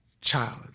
child